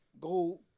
go